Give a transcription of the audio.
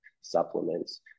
Supplements